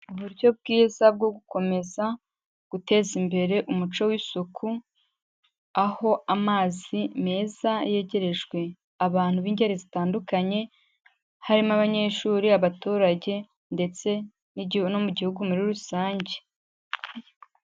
Uburyo bwiza bwo gukomeza guteza imbere umuco w'isuku, aho amazi meza yegerejwe abantu b'ingeri zitandukanye, harimo abanyeshuri, abaturage ndetse no mu gihugu muri rusange.